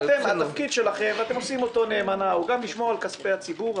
התפקיד שלכם ואתם עושים אותו נאמנה הוא גם לשמור על כספי הציבור,